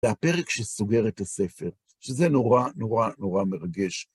זה הפרק שסוגר את הספר, שזה נורא, נורא, נורא מרגש.